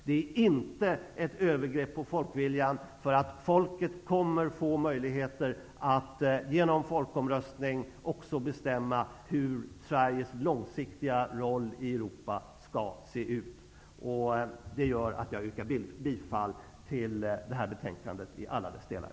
Det handlar inte om övergrepp på folkviljan, därför att det svenska folket kommer att genom folkomröstning få möjlighet att bestämma hur Sveriges långsiktiga roll i Europa skall se ut. Herr talman! Jag yrkar bifall till utskottets hemställan i alla dess delar.